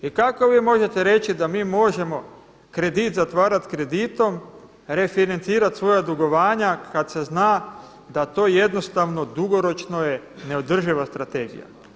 I kako vi možete reći da mi možemo kredit zatvarati kreditom, refinancirati svoja dugovanja, kada se zna da to jednostavno dugoročno je neodrživa strategija?